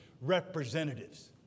representatives